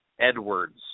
Edwards